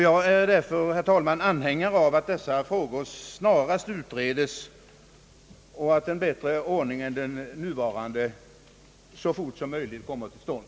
Jag är därför, herr talman, anhängare av att dessa frågor snarast utredes och att en bättre ordning än den nuvarande så fort som möjligt kommer till stånd.